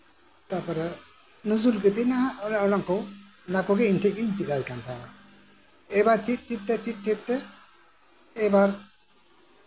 ᱛᱟᱨᱯᱚᱨᱮ ᱱᱩᱡᱨᱩᱞ ᱜᱤᱛᱤ ᱚᱱᱮ ᱚᱱᱟᱠᱚ ᱚᱱᱟ ᱠᱚᱜᱮ ᱤᱧ ᱴᱷᱮᱡ ᱜᱤᱧ ᱪᱮᱫ ᱟᱭ ᱠᱟᱱ ᱮᱵᱟᱨ ᱪᱮᱫ ᱪᱮᱫ ᱛᱮ ᱮᱵᱟᱨ